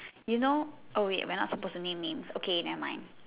you know oh wait we're not supposed to name names okay never mind